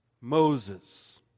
Moses